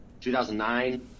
2009